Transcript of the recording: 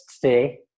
today